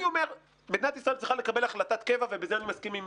אני אומר שמדינת ישראל צריכה לקבל החלטת קבע ובזה אני מסכים עם